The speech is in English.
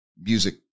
music